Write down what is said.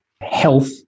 health